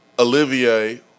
Olivier